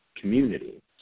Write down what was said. community